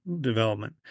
development